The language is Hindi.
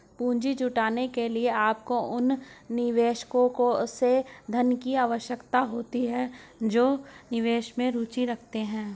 पूंजी जुटाने के लिए, आपको उन निवेशकों से धन की आवश्यकता होती है जो निवेश में रुचि रखते हैं